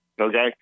Okay